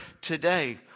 today